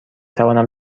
توانم